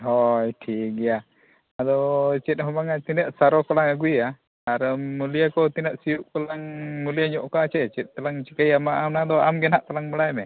ᱦᱳᱭ ᱴᱷᱤᱠ ᱜᱮᱭᱟ ᱟᱫᱚ ᱪᱮᱫ ᱦᱚᱸ ᱵᱟᱝ ᱟ ᱛᱤᱱᱟᱹᱜ ᱥᱟᱨᱚ ᱠᱚᱞᱟᱝ ᱟᱹᱜᱩᱭᱮᱜᱼᱟ ᱟᱨ ᱢᱩᱞᱤᱭᱟᱹ ᱠᱚ ᱛᱤᱱᱟᱹᱜ ᱥᱤᱭᱳᱜ ᱠᱚᱞᱟᱝ ᱢᱩᱞᱤᱭᱟᱹ ᱧᱚᱜ ᱠᱚᱣᱟ ᱪᱮ ᱪᱮᱫ ᱛᱮᱞᱟᱜ ᱪᱤᱠᱟᱹᱭᱟ ᱢᱟ ᱚᱱᱟ ᱫᱚ ᱟᱢ ᱜᱮ ᱱᱟᱦᱟᱜ ᱛᱟᱞᱟᱝ ᱵᱟᱲᱟᱭ ᱢᱮ